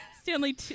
Stanley